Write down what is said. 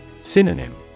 Synonym